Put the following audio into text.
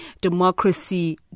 democracy